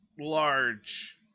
large